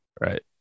right